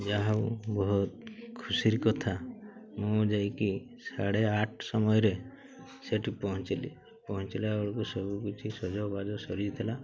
ଯାହା ହଉ ବହୁତ ଖୁସିର କଥା ମୁଁ ଯାଇକି ସାଢ଼େ ଆଠ ସମୟରେ ସେଠି ପହଞ୍ଚିଲି ପହଞ୍ଚିଲା ବେଳକୁ ସବୁକିଛି ସଜବାଜ ସରିଯାଇଥିଲା